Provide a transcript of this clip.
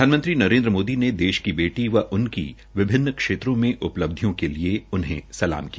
प्रधानमंत्री नरेन्द्र मोदी ने देश की बेटी व उनकी विभिन्न क्षेत्रो में उपलब्धियों के लिए उन्हें सलाम किया